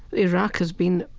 iraq has been,